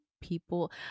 people